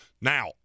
Now